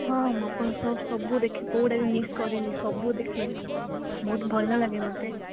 ହଁ ମୁଁ ଆପଣଙ୍କ ସବୁ ସୋ ଦେଖେ କେଉଁଟା ବି ମିସ୍ କରିନି ସବୁ ଦେଖେ ବହୁତ ଭଲ ଲାଗେ ମୋତେ